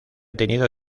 tenido